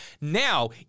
Now